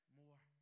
more